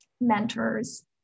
mentors